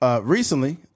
Recently